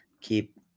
keep